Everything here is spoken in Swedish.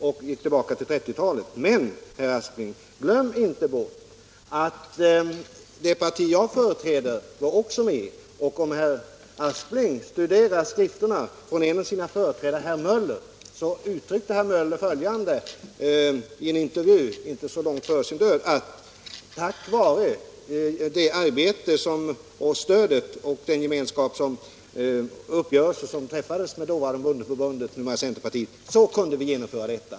Men glöm inte bort, herr Aspling, att det parti jag företräder också var med. Herr Aspling kan ju studera skrifterna. En av herr Asplings företrädare, Gustav Möller, sade ungefär följande i en intervju som han gav kort före sin död: Vi kunde genomföra vårt program tack vare det stöd vi fick genom uppgörelsen med bondeförbundet. Ensamma kunde vi inte göra det.